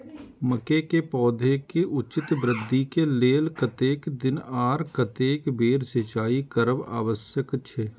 मके के पौधा के उचित वृद्धि के लेल कतेक दिन आर कतेक बेर सिंचाई करब आवश्यक छे?